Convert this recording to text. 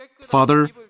Father